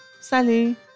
Salut